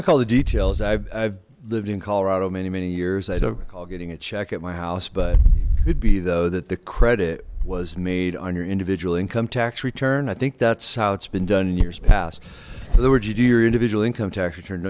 recall the details i've lived in colorado many many years i don't recall getting a check at my house but it could be though that the credit was made on your individual income tax return i think that's how it's been done in years past in other words you do your individual income tax return